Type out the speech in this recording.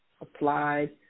applied